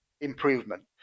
improvement